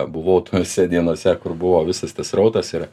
buvau tose dienose kur buvo visas tas srautas ir